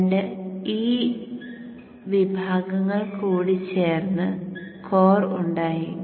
രണ്ട് E വിഭാഗങ്ങൾ കൂടിച്ചേർന്ന് കോർ ഉണ്ടായി